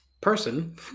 person